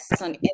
on